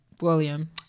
William